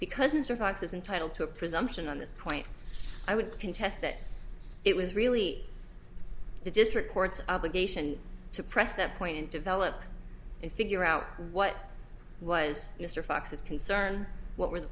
because mr fox is entitled to a presumption on this point i would contest that it was really the district court obligation to press that point develop and figure out what was mr fox's concern what were the